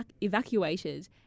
evacuated